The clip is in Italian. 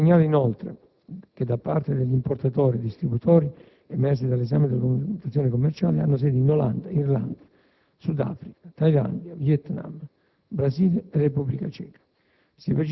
Si segnala, inoltre, che gran parte degli importatori e distributori emersi dall'esame della documentazione commerciale hanno sede in Olanda, Irlanda, Sud Africa, Thailandia, Vietnam, Brasile e Repubblica Ceca.